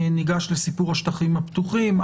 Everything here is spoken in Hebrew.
ניגש לסיפור השטחים הפתוחים.